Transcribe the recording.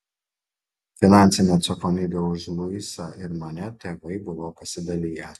finansinę atsakomybę už luisą ir mane tėvai buvo pasidaliję